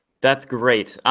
that's great,